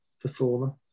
performer